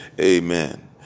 Amen